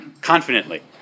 confidently